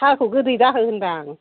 साहाखौ गोदै दाहो होनदां